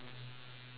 yes